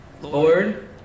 Lord